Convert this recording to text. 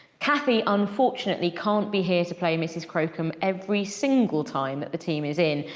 kathy unfortunately can't be here to play mrs crocombe every single time that the team is in,